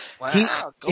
Wow